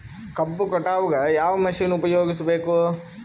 ಕಬ್ಬು ಕಟಾವಗ ಯಾವ ಮಷಿನ್ ಉಪಯೋಗಿಸಬೇಕು?